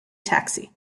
taxi